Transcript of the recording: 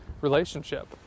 relationship